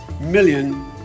million